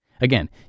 Again